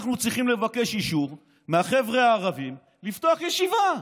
אנחנו צריכים לבקש אישור מהחבר'ה הערבים לפתוח ישיבה.